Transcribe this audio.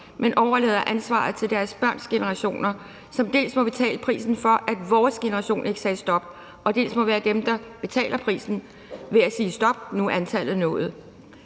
De overlader ansvaret til deres børns generationer, som dels må betale prisen for, at vores generation ikke sagde stop, dels må være dem, der siger: Stop, nu er antallet nået.